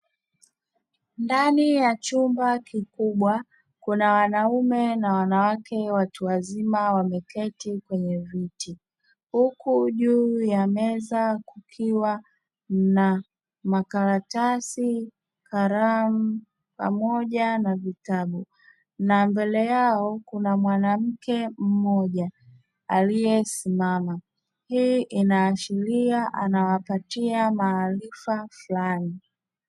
Ndani ya chumba kikubwa kuna wanaume na wanawake watu wazima wameketi kwenye viti, huku juu ya meza kukiwa na makaratasi, karamu pamoja na vitabu, na mbele yao kuna mwanamke mmoja aliyesimama, hii inaashiria anawapatia maarifa fulani.